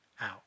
out